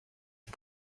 est